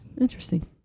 Interesting